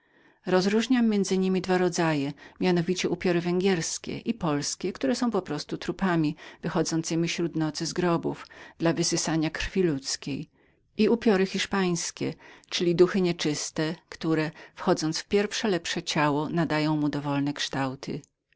rozróżniam między niemi dwa rodzaje mianowicie upiory węgierskie i polskie które są po prostu trupami śród nocy wychodzącemi z grobów dla wysyssania krwi ludzkiej i upiory hiszpańskie które ożywiają pierwsze lepsze ciało nadają mu dowolne kształty